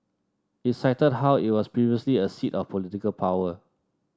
it cited how it was previously a seat of political power